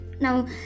Now